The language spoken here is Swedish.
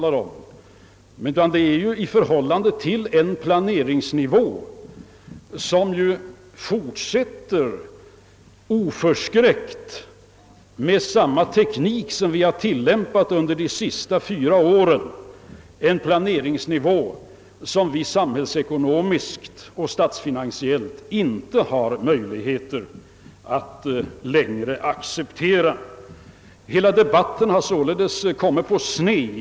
Det är fråga om reduktioner i förhållande till en planering som oförskräckt hållit sig kvar på den nivå som varit aktuell under de senaste fyra åren. Samhällsekonomiskt och statsfinansiellt har vi inte längre möjlighet att acceptera denna planeringsnivå. Hela debatten har kommit på sned.